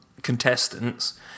contestants